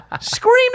Screaming